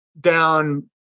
down